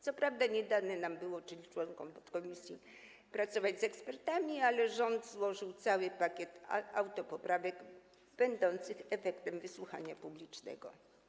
Co prawda nie dane nam było - nam, czyli członkom podkomisji - pracować z ekspertami, ale rząd złożył cały pakiet autopoprawek będących efektem wysłuchania publicznego.